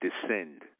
descend